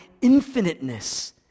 infiniteness